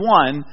one